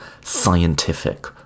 scientific